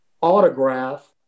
autograph